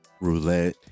Roulette